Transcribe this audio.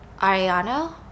Ariano